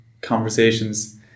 conversations